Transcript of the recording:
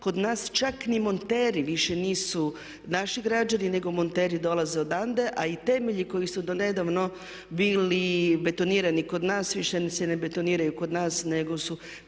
Kod nas čak ni monteri više nisu naši građani nego monteri dolaze odande a i temelji koji su do nedavno bili betonirani kod nas više se ne betoniraju kod nas nego su